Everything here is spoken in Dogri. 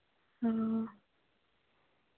हां